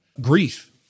grief